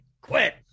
quit